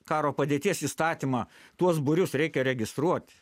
karo padėties įstatymą tuos būrius reikia registruot